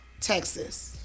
Texas